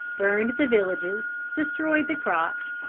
burned the villages, destroyed the crops,